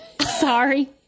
sorry